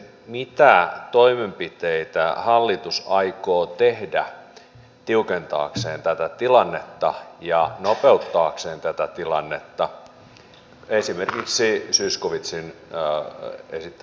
mitä toimenpiteitä hallitus aikoo tehdä tiukentaakseen tätä tilannetta ja nopeuttaakseen tätä tilannetta esimerkiksi zyskowiczin esittämällä tavalla